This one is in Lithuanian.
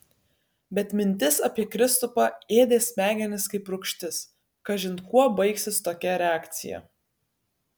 bet mintis apie kristupą ėdė smegenis kaip rūgštis kažin kuo baigsis tokia reakcija